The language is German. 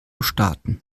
starten